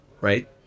right